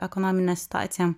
ekonominė situacija